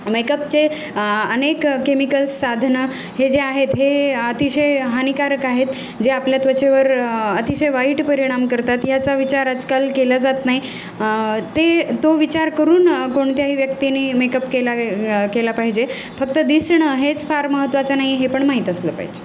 मेकअपचे अनेक केमिकल्स साधनं हे जे आहेत हे अतिशय हानिकारक आहेत जे आपल्या त्वचेवर अतिशय वाईट परिणाम करतात ह्याचा विचार आजकाल केला जात नाही ते तो विचार करून कोणत्याही व्यक्तीनी मेकअप केला केला पाहिजे फक्त द दिसणं हेच फार महत्त्वाचं नाही हे पण माहीत असलं पाहिजे